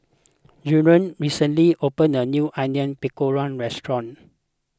Jarrell recently opened a new Onion Pakora restaurant